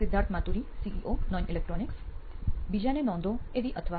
Siddharth Maturi CEO નોઇન electronics બીજાને નોંધો એવી અથવા